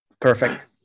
perfect